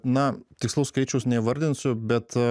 na tikslaus skaičiaus neįvardinsiu bet